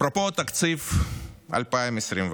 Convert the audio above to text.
אפרופו תקציב 2024,